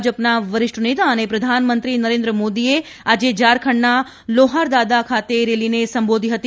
ભાજપાના વરિષ્ઠ નેતા અને પ્રધાનમંત્રી નરેન્દ્ર મોદીએ આજે ઝારખંડના લોહારદાદા ખાતે રેલીને સંબોધી હતી